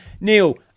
Neil